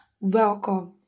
welcome